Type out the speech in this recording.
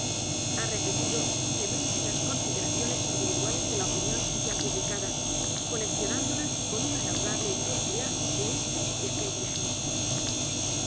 ha repetido simplemente las consideraciones individuales de la opinión ya publicada coleccionándolas con una laudable industria de éste y aquel diario